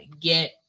get